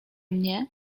mnie